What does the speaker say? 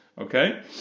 okay